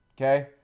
okay